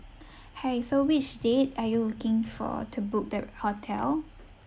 hi so which date are you looking for to book the hotel